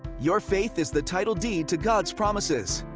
your faith is the title deed to god's promises.